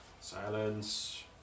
Silence